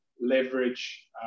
leverage